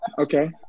okay